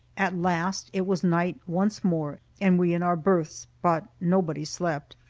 at last it was night once more, and we in our berths. but nobody slept.